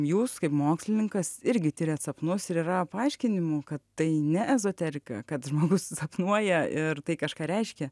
jūs kaip mokslininkas irgi tiriat sapnus ir yra paaiškinimų kad tai ne ezoterika kad žmogus sapnuoja ir tai kažką reiškia